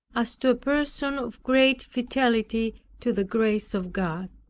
as to a person of great fidelity to the grace of god.